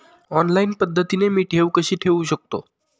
Online पद्धतीने मी ठेव कशी ठेवू शकतो?